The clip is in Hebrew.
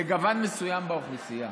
לגוון מסוים באוכלוסייה.